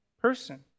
person